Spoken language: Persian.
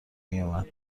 میومد